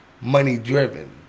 money-driven